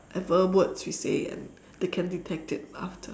~ever words you say and they can detect it after